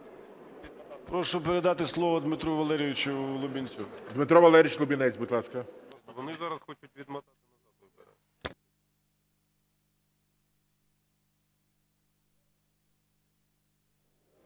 Прошу передати слово Дмитру Валерійовичу Лубінцю. ГОЛОВУЮЧИЙ. Дмитро Валерійович Лубінець, будь ласка.